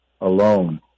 alone